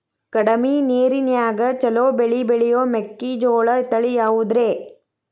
ಕಡಮಿ ನೇರಿನ್ಯಾಗಾ ಛಲೋ ಬೆಳಿ ಬೆಳಿಯೋ ಮೆಕ್ಕಿಜೋಳ ತಳಿ ಯಾವುದ್ರೇ?